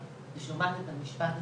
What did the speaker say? מנהל המרכז הרפואי.